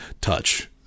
touch